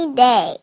day